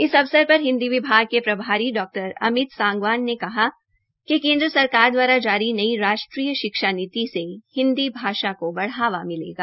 इस अवसर पर हिन्दी विभाग के प्रभारी डा अमित सांगवान ने कहा कि केन्द्र सरकार द्वारा जारी नई राष्ट्रीय शिक्षा नीति ने हिन्दी भाषा को बढ़ावा मिलेगा